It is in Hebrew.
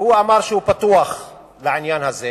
והוא אמר שהוא פתוח לעניין הזה.